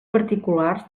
particulars